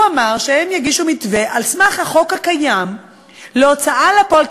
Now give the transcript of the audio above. הוא אמר שהם יגישו מתווה על סמך החוק הקיים להוצאה לפועל,